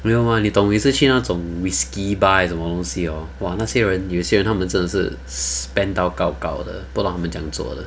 没有 mah 你懂每次去那种 whisky bar 还什么东西 hor !wah! 那些人有些他们真的是 spend 到 gao gao 的我不懂他们怎样做的